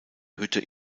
hütte